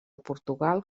portugal